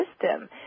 system